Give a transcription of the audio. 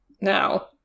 Now